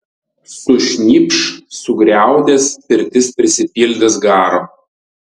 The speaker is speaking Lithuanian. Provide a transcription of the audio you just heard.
sušnypš sugriaudės pirtis prisipildys garo